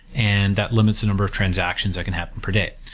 and that limits the number of transactions that can happen per day.